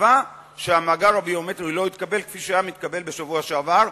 ותקווה שהמאגר הביומטרי לא יתקבל כפי שהיה מתקבל בשבוע שעבר.